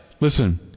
Listen